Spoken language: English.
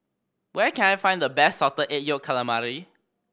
where can I find the best Salted Egg Yolk Calamari